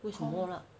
为什么 lah